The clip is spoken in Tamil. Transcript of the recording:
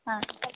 ஆ